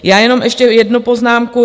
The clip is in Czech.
Já jenom ještě jednu poznámku.